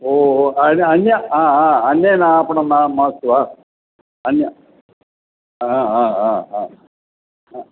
ओ ओ अन्यः अन्यः अ अ अन्येन आपणं मा मास्तु वा अन्यः